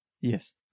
Yes